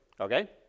Okay